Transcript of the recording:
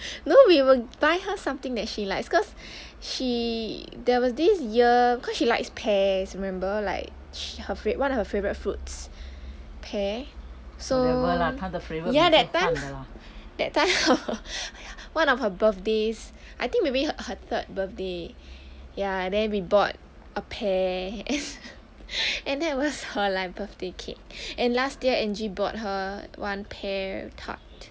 no we will buy her something that she likes cause she there was this year cause she likes pears remember like sh~ her~ fav~ one of her favourite fruits pear so ya that time that time hor one of her birthday's I think maybe her third birthday ya and then we bought a pear an~ and then it was her like her birthday cake and last year angie bought her one pear tart